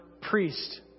priest